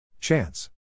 Chance